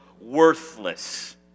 worthless